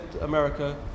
America